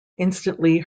instantly